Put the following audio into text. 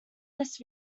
this